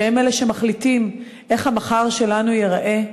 שהם אלה שמחליטים איך המחר שלנו ייראה,